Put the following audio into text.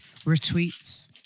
Retweets